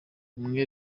umwe